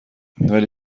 ولی